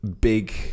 big